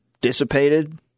dissipated